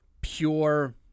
pure